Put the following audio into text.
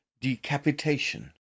decapitation